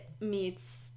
meets